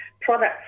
products